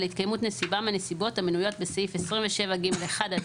התקיימות נסיבה מהנסיבות המנויות בסעיף 27(ג)(1) עד